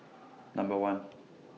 Number one